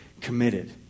committed